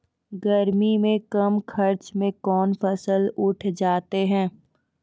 गर्मी मे कम खर्च मे कौन फसल उठ जाते हैं?